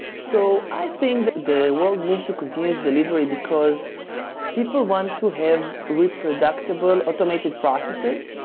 so i think the world moved to continuous delivery because people want to have reproductible automated processes.